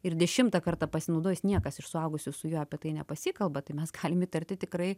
ir dešimtą kartą pasinaudojus niekas iš suaugusių su juo apie tai nepasikalba tai mes galim įtarti tikrai